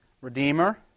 Redeemer